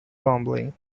rumbling